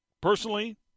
Personally